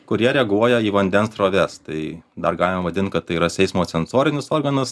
kurie reaguoja į vandens sroves tai dar galima vadint kad tai yra seimo sensorinis organas